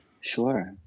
Sure